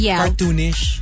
cartoonish